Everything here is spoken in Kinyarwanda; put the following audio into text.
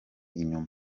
inyuma